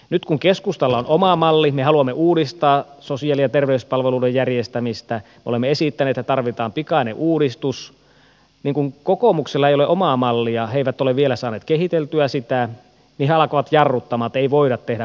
nyt kun keskustalla on oma malli me haluamme uudistaa sosiaali ja terveyspalveluiden järjestämistä olemme esittäneet että tarvitaan pikainen uudistus niin kun kokoomuksella ei ole omaa mallia he eivät ole vielä saaneet kehiteltyä sitä niin he alkavat jarruttaa että ei voida tehdä uudistuksia